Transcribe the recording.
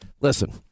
listen